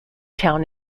town